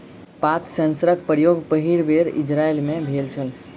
पात सेंसरक प्रयोग पहिल बेर इजरायल मे भेल छल